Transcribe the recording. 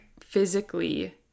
physically